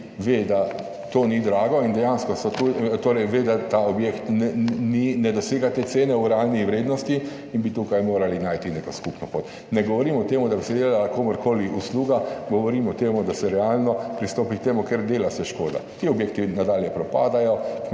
ve, da to ni drago in dejansko so tu, torej ve, da ta objekt ne dosega te cene v realni vrednosti in bi tukaj morali najti neko skupno pot. Ne govorim o tem, da bi se delala komurkoli usluga, govorim o tem, da se realno pristopi k temu, ker dela se škoda. Ti objekti nadalje propadajo,